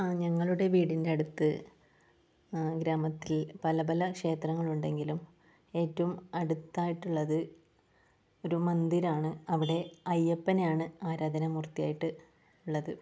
ആ ഞങ്ങളുടെ വീടിൻ്റെ അടുത്ത് ഗ്രാമത്തിൽ പല പല ക്ഷേത്രങ്ങളുണ്ടെങ്കിലും ഏറ്റവും അടുത്തായിട്ടുള്ളത് ഒരു മന്ദിരാണ് അവിടെ അയ്യപ്പനെയാണ് ആരാധന മൂർത്തിയായിട്ട് ഉള്ളത്